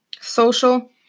Social